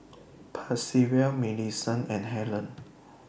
Percival Millicent and Hellen